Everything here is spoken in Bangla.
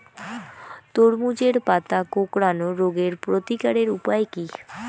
তরমুজের পাতা কোঁকড়ানো রোগের প্রতিকারের উপায় কী?